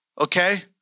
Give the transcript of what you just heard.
Okay